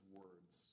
words